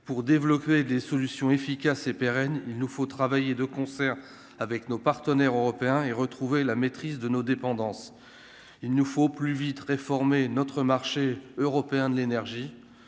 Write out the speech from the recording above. pour développer des solutions efficaces et pérennes, il nous faut travailler de concert avec nos partenaires européens et retrouver la maîtrise de nos dépendances, il nous faut plus vite réformer notre marché européen de l'énergie,